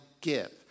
give